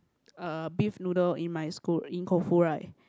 uh beef noodle in my school in Koufu right